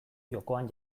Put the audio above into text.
jokoan